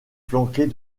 flanquée